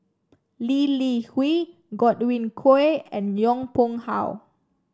Lee Li Hui Godwin Koay and Yong Pung How